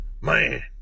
Man